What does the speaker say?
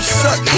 suck